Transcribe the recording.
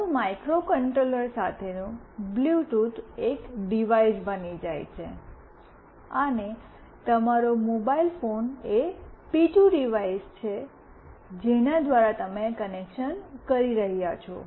તમારું માઇક્રોકન્ટ્રોલર સાથેનું બ્લૂટૂથ એક ડિવાઇસ બની જાય છે અને તમારો મોબાઇલ ફોન એ બીજું ડિવાઇસ છે જેના દ્વારા તમે કનેક્શન કરી રહ્યાં છો